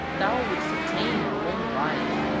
thou wouldst attain a long life.